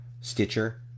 Stitcher